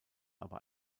aber